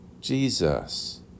Jesus